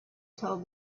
told